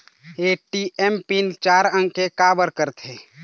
ATM pin चार अंक के का बर करथे?